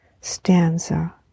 stanza